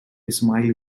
ismaili